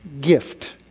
gift